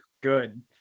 good